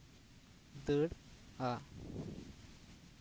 ᱫᱟᱹᱲᱼᱟ